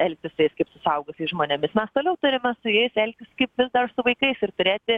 elgtis taip kaip su suaugusiais žmonėmis mes toliau turime su jais elgtis kaip vis dar su vaikais ir turėti